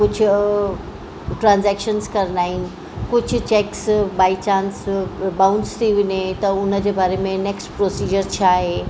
कुझु ट्रांज़ेक्शन्स करणा आहिनि कुझु चैक्स बाई चांस बाउंस थी वञे त उनजे बारे में नेक्स्ट प्रोसिजर छा आहे